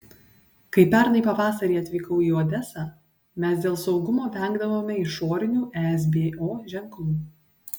kai pernai pavasarį atvykau į odesą mes dėl saugumo vengdavome išorinių esbo ženklų